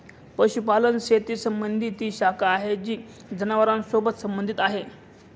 पशुपालन शेती संबंधी ती शाखा आहे जी जनावरांसोबत संबंधित आहे